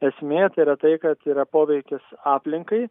esmė tai yra tai kad yra poveikis aplinkai